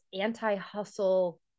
anti-hustle